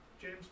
James